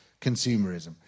consumerism